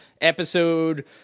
episode